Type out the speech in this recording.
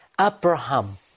Abraham